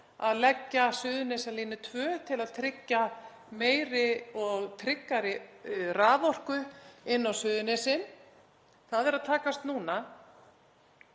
að leggja Suðurnesjalínu 2 til að tryggja meiri og tryggari raforku inn á Suðurnesin. Það er að takast núna.